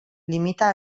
limita